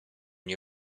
nie